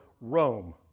Rome